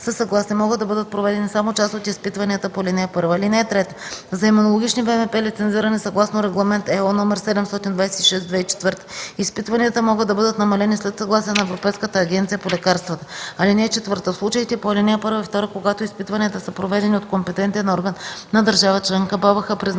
са съгласни, могат да бъдат проведени само част от изпитванията по ал. 1. (3) За имунологични ВМП, лицензирани съгласно Регламент (ЕО) № 726/2004, изпитванията, могат да бъдат намалени след съгласие на Европейската агенция по лекарствата. (4) В случаите по ал. 1 и 2, когато изпитванията са проведени от компетентен орган на държава членка, БАБХ признава